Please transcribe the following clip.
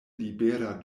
libera